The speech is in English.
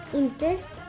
interest